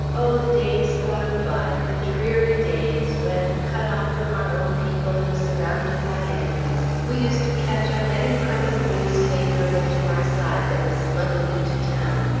oh, the days gone by, the dreary days, when, cut off from our own people, and surrounded by yankees, we used to catch up any crumb of news favorable to our side that was smuggled into town,